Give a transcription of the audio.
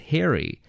Harry